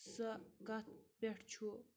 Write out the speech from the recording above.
سۄ کَتھ پٮ۪ٹھ چھُ